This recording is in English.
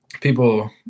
People